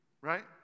right